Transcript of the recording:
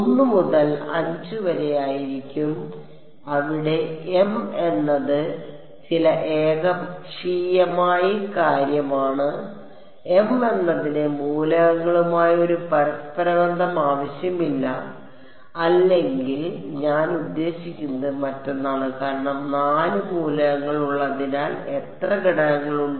1 മുതൽ 5 വരെ ആയിരിക്കും അവിടെ m എന്നത് ചില ഏകപക്ഷീയമായ കാര്യമാണ് m എന്നതിന് മൂലകങ്ങളുമായി ഒരു പരസ്പരബന്ധം ആവശ്യമില്ല അല്ലെങ്കിൽ ഞാൻ ഉദ്ദേശിക്കുന്നത് മറ്റൊന്നാണ് കാരണം 4 മൂലകങ്ങൾ ഉള്ളതിനാൽ എത്ര ഘടകങ്ങൾ ഉണ്ട്